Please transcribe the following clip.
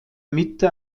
mitte